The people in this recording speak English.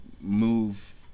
move